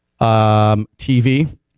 TV